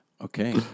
Okay